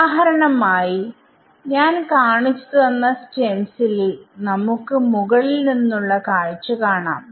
ഉദാഹരണം ആയി ഞാൻ കാണിച്ചു തന്ന സ്റ്റൻസിലിൽ നമുക്ക് മുകളിൽ നിന്നുള്ള കാഴ്ച കാണാം